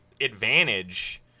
advantage